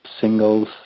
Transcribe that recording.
singles